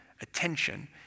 attention